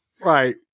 Right